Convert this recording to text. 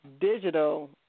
digital